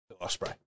Osprey